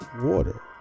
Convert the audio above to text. Water